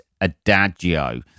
Adagio